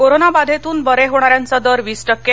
corona बाधेतून बरे होणाऱ्यांचा दर वीस टक्के